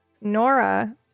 Nora